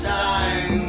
time